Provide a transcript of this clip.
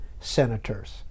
senators